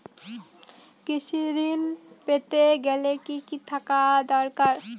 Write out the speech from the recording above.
কৃষিঋণ পেতে গেলে কি কি থাকা দরকার?